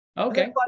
Okay